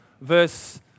verse